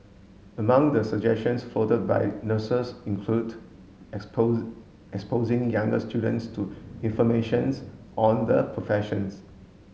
among the suggestions floated by nurses included exposing younger students to information's on the professions